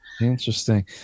Interesting